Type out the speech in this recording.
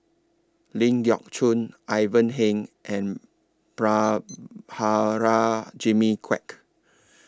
Ling Geok Choon Ivan Heng and Prabhakara Jimmy Quek